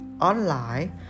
online